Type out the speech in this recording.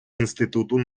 інституту